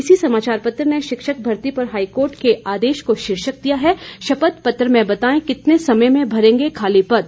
इसी समाचार पत्र ने शिक्षक भर्ती पर हाईकोर्ट के आदेश को शीर्षक दिया है शपथ पत्र से बताएं कितने समय में भरेंगे खाली पद